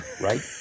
right